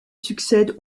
succède